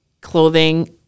clothing